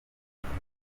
inama